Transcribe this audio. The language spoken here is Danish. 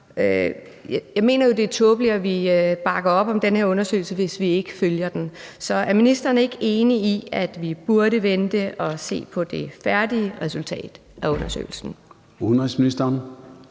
jeg mener jo, det er tåbeligt, at vi bakker op om den her undersøgelse, hvis vi ikke følger den. Så er ministeren ikke enig i, at vi burde vente og se på det færdige resultat af undersøgelsen?